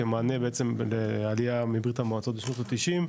כמענה בעצם לעלייה מברית המועצות בשנות התשעים,